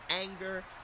anger